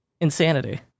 insanity